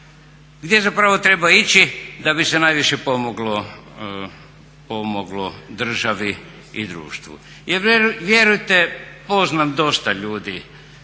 gdje treba ići da bi se najviše pomoglo državi i društvu. Jer vjerujte poznam dosta ljudi